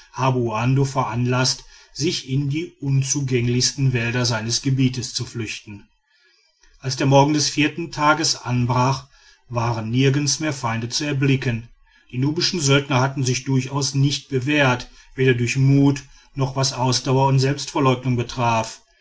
veranlaßt sich in die unzugänglichsten wälder seines gebiets zu flüchten als der morgen des vierten tags anbrach waren nirgends mehr feinde zu erblicken die nubischen söldner hatten sich durchaus nicht bewährt weder durch mut noch was ausdauer und selbstverleugnung betraf